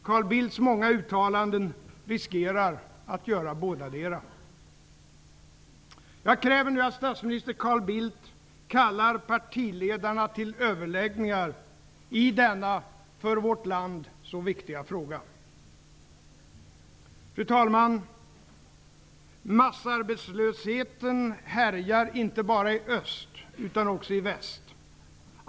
Carl Bildts många uttalanden riskerar att göra bådadera. Jag kräver nu att statsminister Carl Bildt kallar partiledarna till överläggningar i denna för vårt land så viktiga fråga. Fru talman! Massarbetslösheten härjar inte bara i öst utan också i väst.